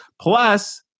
plus